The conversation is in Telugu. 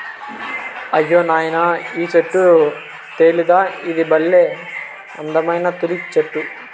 అయ్యో నాయనా ఈ చెట్టు తెలీదా ఇది బల్లే అందమైన తులిప్ చెట్టు